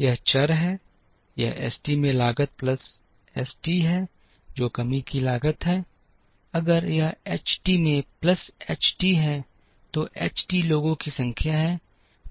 यह चर है यह एस टी में लागत प्लस एस t है जो कमी की लागत है अगर यह H t में प्लस h t है तो h t लोगों की संख्या है